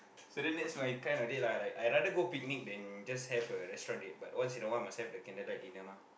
so then that's my kind of date lah like I rather go picnic then just have a restaurant date but once in a while must have the candlelight dinner mah